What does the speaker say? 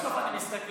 בסוף אני מסתכל,